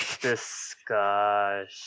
Discussion